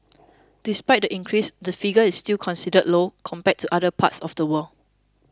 despite the increase the figure is still considered low compared to other parts of the world